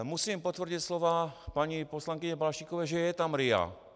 Musím potvrdit slova paní poslankyně Balaštíkové, že je tam RIA.